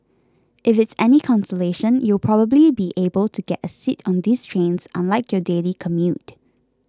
if it's any consolation you'll probably be able to get a seat on these trains unlike your daily commute